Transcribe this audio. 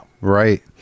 Right